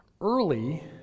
Early